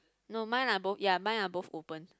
no mine lah both ya mine are both open